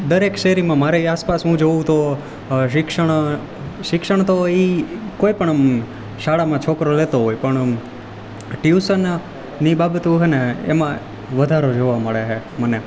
દરેક શેરીમાં મારી આસપાસ હું જોઉં તો શિક્ષણ શિક્ષણ તો ઈ કોઈપણ શાળામાં છોકરો લેતો હોય પણ ટ્યુશનની બાબત છેને એમાં વધારો જોવા મળે છે મને